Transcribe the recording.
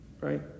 Right